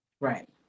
Right